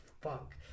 fuck